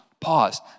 Pause